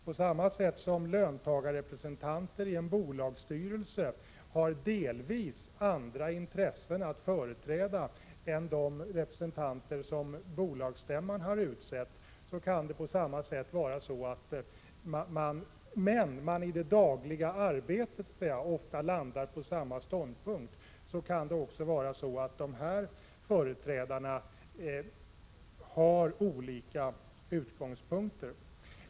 På samma sätt företräder löntagarrepresentanter i en bolagsstyrelse delvis andra intressen än de representanter som bolagsstämman utser. Även om de i det dagliga arbetet ofta intar samma ståndpunkt har således dessa företrädare olika utgångspunkter för sitt handlande.